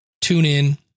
TuneIn